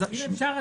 אפשר,